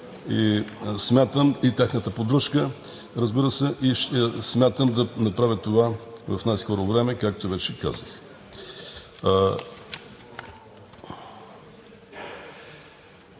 смятам – и тяхната поддръжка. Разбира се, смятам да направя това в най-скоро време, както вече казах.